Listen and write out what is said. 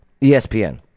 ESPN